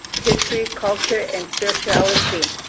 history, culture, and spirituality.